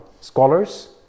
scholars